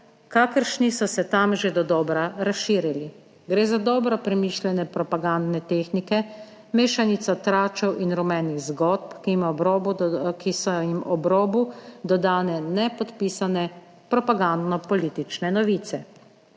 kakršni so se tam že dodobra razširili; gre za dobro premišljene propagandne tehnike, mešanico tračev in rumenih zgodb, ki ima ob robu, ki so jim ob robu dodane nepodpisane propagandno-politične novice.